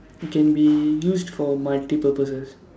it can be used for multiple purposes